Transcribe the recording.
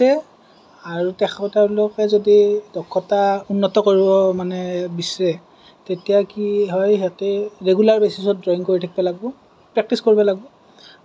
আৰু তেখেতেলোকে যদি দক্ষতা উন্নত কৰিব মানে বিচাৰে তেতিয়া কি হয় সিহঁতে ৰেগুলাৰ বেচিছত ড্ৰয়িং কৰি থকিব লাগিব প্ৰেক্টিছ কৰিব লাগিব